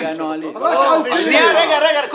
--- רגע, רגע.